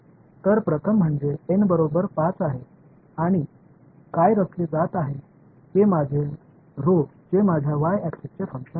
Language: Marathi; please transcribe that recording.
तर प्रथम म्हणजे एन बरोबर 5 आहे आणि काय रचले जात आहे ते माझे ऱ्हो जे माझ्या y एक्सिसचे फंक्शन आहे